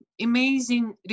amazing